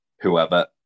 whoever